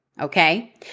okay